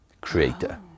creator